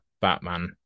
Batman